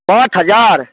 पाँच हजार